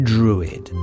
Druid